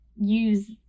use